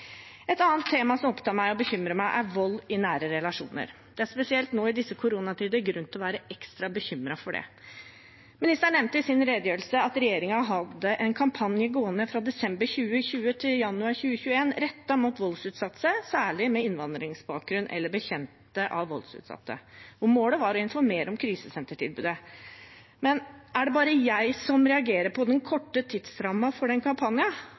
Et annet tema som opptar meg og bekymrer meg, er vold i nære relasjoner. Det er spesielt nå i disse koronatider grunn til å være ekstra bekymret for det. Ministeren nevnte i sin redegjørelse at regjeringen hadde en kampanje gående fra desember 2020 til januar 2021 rettet mot voldsutsatte, særlig med innvandrerbakgrunn, eller bekjente av voldsutsatte. Målet var å informere om krisesentertilbudet. Men er det bare jeg som reagerer på den korte tidsrammen for den